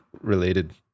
related